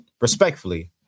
respectfully